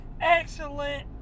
Excellent